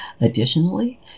Additionally